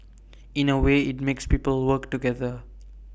in A way IT makes people work together